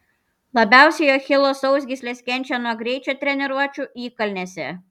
labiausiai achilo sausgyslės kenčia nuo greičio treniruočių įkalnėse